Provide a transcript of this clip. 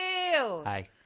Hi